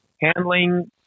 Handling